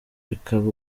bikaba